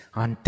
on